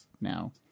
now